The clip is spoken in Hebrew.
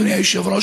אדוני היושב-ראש,